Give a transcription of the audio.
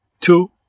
Two